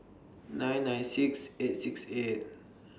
nine nine six eight six eight